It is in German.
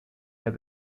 der